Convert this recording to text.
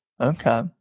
Okay